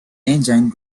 engine